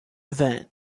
event